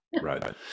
Right